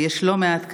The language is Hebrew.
ויש לא מעט כאלה,